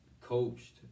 coached